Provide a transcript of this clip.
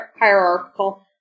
hierarchical